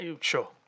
Sure